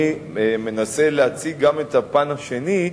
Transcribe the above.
אני מנסה להציג גם את הפן השני,